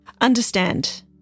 Understand